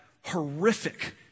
horrific